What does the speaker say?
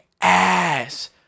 ass